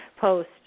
post